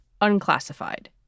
unclassified